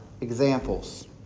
examples